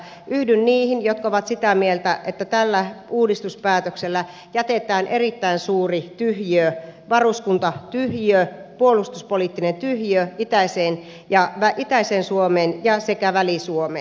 yhdyn niihin jotka ovat sitä mieltä että tällä uudistuspäätöksellä jätetään erittäin suuri tyhjiö varuskuntatyhjiö puolustuspoliittinen tyhjiö itäiseen suomeen sekä väli suomeen